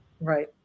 Right